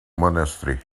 monastery